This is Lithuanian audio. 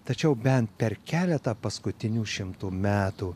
tačiau bent per keletą paskutinių šimtų metų